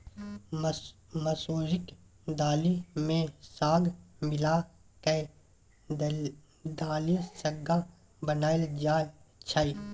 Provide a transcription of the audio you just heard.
मसुरीक दालि मे साग मिला कय दलिसग्गा बनाएल जाइ छै